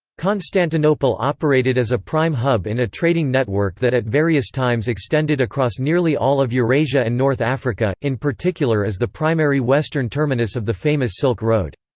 constantinople operated as a prime hub in a trading network that at various times extended across nearly all of eurasia and north africa, in particular as the primary western terminus the famous silk road.